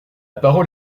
parole